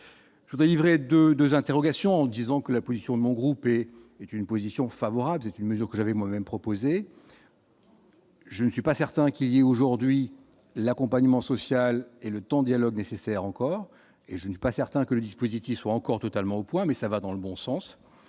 je voudrais livrer 2 2 interrogations disons que la position de mon groupe est est une position favorable, c'est une mesure que j'avais moi-même proposé. Je ne suis pas certain qu'il y a aujourd'hui l'accompagnement social et le temps dialogue nécessaire encore et je ne suis pas certain que le dispositif soit encore totalement au point mais ça va dans le bon sens,